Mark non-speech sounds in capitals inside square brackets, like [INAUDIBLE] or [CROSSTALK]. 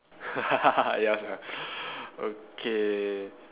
[LAUGHS] ya sia okay